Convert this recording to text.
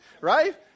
right